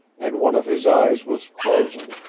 and one of his eyes was closing,